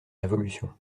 révolution